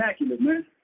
man